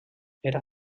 era